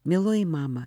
mieloji mama